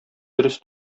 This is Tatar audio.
дөрес